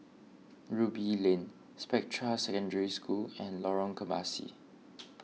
Ruby Lane Spectra Secondary School and Lorong Kebasi